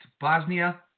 Bosnia